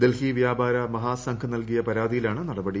ഡൽഹി വ്യാപാര മഹാസംഘ് നൽകിയ പരാതിയിലാണ് നടപടി